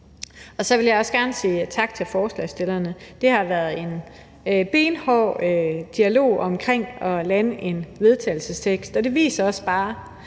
Så vil jeg også gerne sige tak forslagsstillerne. Det har været en benhård dialog omkring det at lande en vedtagelsestekst. Og når man både